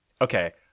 okay